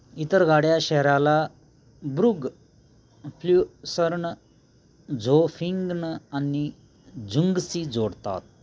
इतर गाड्या शहराला ब्रुग फ्ल्युसर्न झोफिंग्न आणि झुंगशी जोडतात